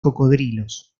cocodrilos